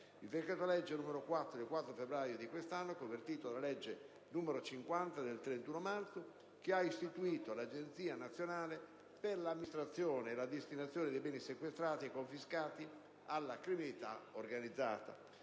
il decreto-legge n. 4 del 4 febbraio di quest'anno, convertito dalla legge n. 50 del 31 marzo, che ha istituito l'Agenzia nazionale per l'amministrazione e la destinazione dei beni sequestrati e confiscati alla criminalità organizzata;